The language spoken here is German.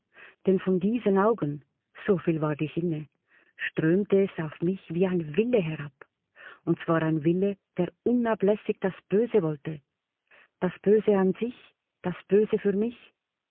denn von diesen augen soviel ward ich inne strömte es auf mich wie ein wille herab und zwar ein wille der unablässig das böse wollte das böse an sich das böse für mich